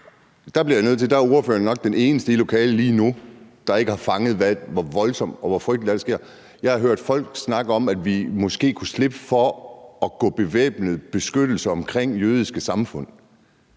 Der er ordføreren nok den eneste i lokalet lige nu, der ikke har fanget, hvor voldsomt og frygteligt det er, det, der sker. Jeg har hørt folk snakke om, at vi måske kunne slippe for at bruge bevæbnet beskyttelse omkring jødiske samfund.